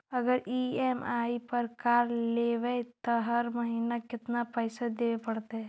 अगर ई.एम.आई पर कार लेबै त हर महिना केतना पैसा देबे पड़तै?